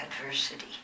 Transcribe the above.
adversity